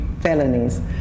felonies